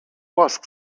łask